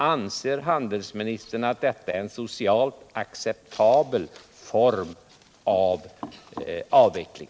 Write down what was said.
Anser handelsministern att detta är en socialt acceptabel form av avveckling?